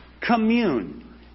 commune